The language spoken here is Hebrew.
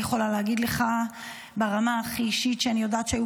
אני יכולה להגיד לך ברמה הכי אישית שאני יודעת שהיו